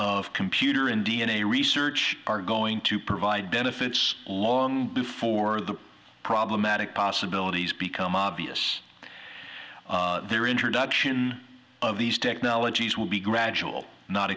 of computer and d n a research are going to provide benefits long before the problematic possibilities become obvious their introduction of these technologies will be gradual not